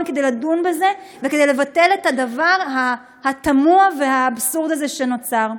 כדי לדון בזה וכדי לבטל את הדבר התמוה והאבסורדי הזה שנוצר.